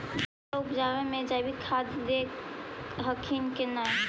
सब्जिया उपजाबे मे जैवीक खाद दे हखिन की नैय?